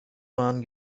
waren